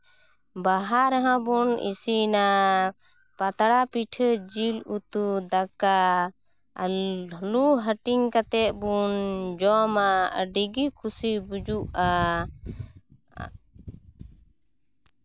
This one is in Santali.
ᱵᱟᱦᱟ ᱨᱮᱦᱚᱸ ᱵᱚᱱ ᱤᱥᱤᱱᱟ ᱯᱟᱛᱲᱟ ᱯᱤᱴᱷᱟᱹ ᱡᱤᱞ ᱩᱛᱩ ᱫᱟᱠᱟ ᱟᱨ ᱞᱩ ᱦᱟᱹᱴᱤᱧ ᱠᱟᱛᱮᱫ ᱵᱚᱱ ᱡᱚᱢᱟ ᱟᱹᱰᱤ ᱜᱮ ᱠᱩᱥᱤ ᱵᱩᱡᱩᱜᱼᱟ